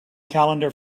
calendar